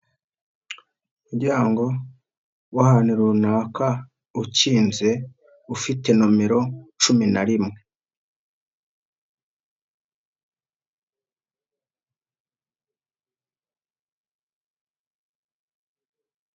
Umuryango w'ahantu runaka ukinze ufite nimero cumi na rimwe.